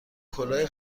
کلاه